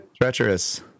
treacherous